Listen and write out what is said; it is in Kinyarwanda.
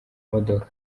imodoka